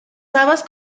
habas